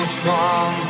strong